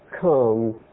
come